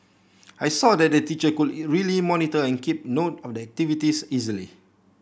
I saw that the teacher could really monitor and keep note of the activities easily